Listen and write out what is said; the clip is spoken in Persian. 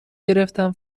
گرفتم